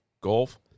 golf